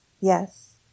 Yes